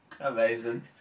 Amazing